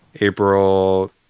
April